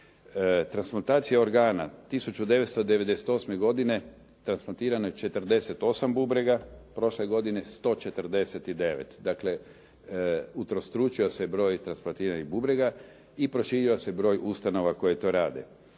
Transplantacija organa 1998. godine transplantirano je 48 bubrega, prošle godine 149. Dakle, utrostručio se broj transplantiranih bubrega i proširio se broj ustanova koje to rada.